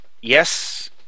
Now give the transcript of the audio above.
yes